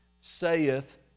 saith